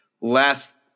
Last